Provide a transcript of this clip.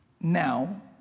now